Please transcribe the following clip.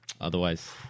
Otherwise